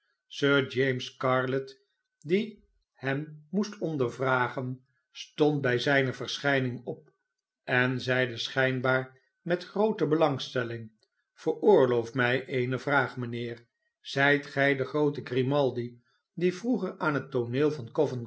james scarlett die hem moest ondervragen stond bij zijne verschijning op en zeide schijnbaar met groote belangstelling veroorloof mij eene vra'ag mijnheer zftt gh de groote grimaldi die vroeger aan het tooneel van